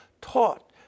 taught